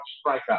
striker